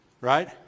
Right